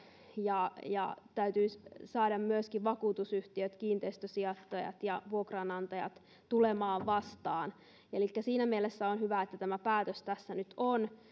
ja ja täytyisi saada myöskin vakuutusyhtiöt kiinteistösijoittajat ja vuokranantajat tulemaan vastaan elikkä siinä mielessä on hyvä että tämä päätös tässä nyt on